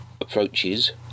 approaches